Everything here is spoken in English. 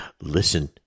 listen